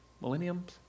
millenniums